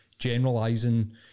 Generalizing